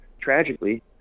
Tragically